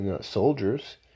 soldiers